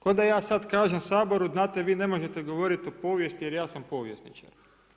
Kao da ja sada kažem Saboru, znate vi ne možete govoriti o povijesti jer ja sam povjesničar.